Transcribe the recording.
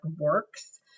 works